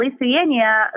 Lithuania